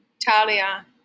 Talia